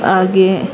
ಹಾಗೆ